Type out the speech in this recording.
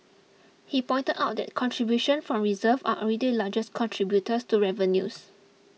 he pointed out that contributions from reserves are already largest contributor to revenues